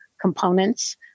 components